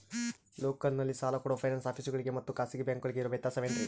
ಲೋಕಲ್ನಲ್ಲಿ ಸಾಲ ಕೊಡೋ ಫೈನಾನ್ಸ್ ಆಫೇಸುಗಳಿಗೆ ಮತ್ತಾ ಖಾಸಗಿ ಬ್ಯಾಂಕುಗಳಿಗೆ ಇರೋ ವ್ಯತ್ಯಾಸವೇನ್ರಿ?